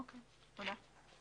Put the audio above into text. תודה.